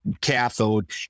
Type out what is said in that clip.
cathode